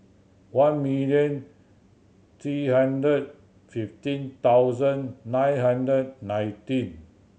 one million three hundred fifteen thousand nine hundred nineteen